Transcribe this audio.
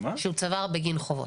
שהוא צבר בגין החובות.